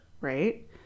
right